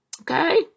Okay